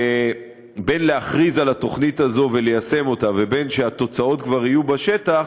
שבין להכריז על התוכנית הזאת וליישם אותה לבין תוצאות בשטח,